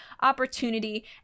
opportunity